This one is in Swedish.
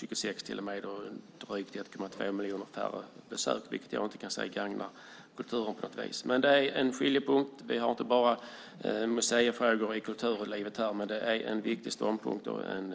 Det är drygt 1,3 miljoner färre besök, vilket jag inte kan se gagnar kulturen på något vis. Kulturlivet handlar inte enbart om museifrågor, men det är en viktig ståndpunkt och en